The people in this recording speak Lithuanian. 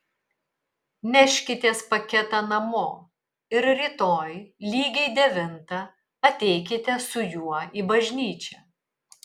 neškitės paketą namo ir rytoj lygiai devintą ateikite su juo į bažnyčią